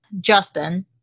Justin